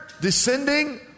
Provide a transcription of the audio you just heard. descending